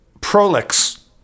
Prolix